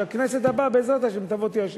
שהכנסת הבאה בעזרת השם תבוא ותאשר.